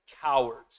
cowards